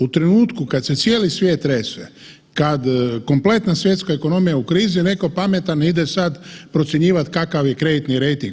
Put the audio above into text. U trenutku kad se cijeli svijet trese, kad kompletna svjetska ekonomija je u krizi netko pametan ide sad procjenjivat kakav je kreditni rejting.